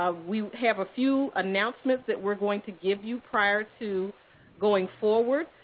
ah we have a few announcements that we're going to give you prior to going forward.